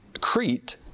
Crete